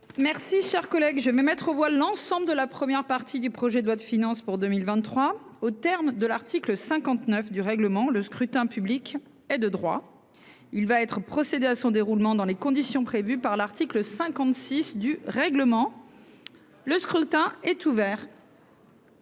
Merci, chers collègues, je vais mettre aux voix l'ensemble de la première partie du projet de loi de finances pour 2023, au terme de l'article 59 du règlement, le scrutin public et de droit, il va être procédé à son déroulement dans les conditions prévues par l'article 56 du règlement, le scrutin est ouvert.